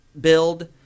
build